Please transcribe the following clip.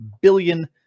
billion